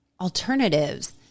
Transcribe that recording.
alternatives